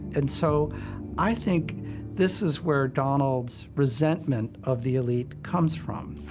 and so i think this is where donald's resentment of the elite comes from.